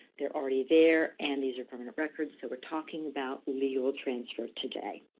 they're already there, and these are permanent records, so we're talking about legal transfer today.